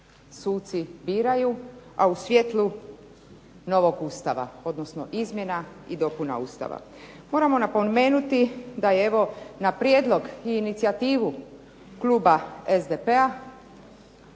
suci biraju, a u svjetlu novog Ustava, odnosno izmjena i dopuna Ustava. Moramo napomenuti da je evo na prijedlog i inicijativu kluba SDP-a